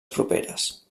properes